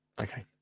Okay